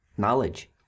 Knowledge